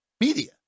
media